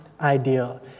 idea